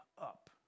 up